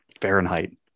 Fahrenheit